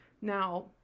Now